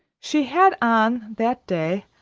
she had on, that day,